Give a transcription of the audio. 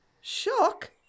Shock